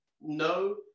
No